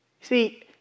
See